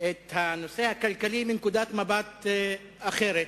את הנושא הכלכלי מנקודת מבט אחרת,